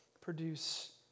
produce